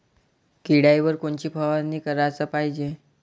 किड्याइवर कोनची फवारनी कराच पायजे?